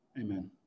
Amen